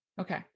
Okay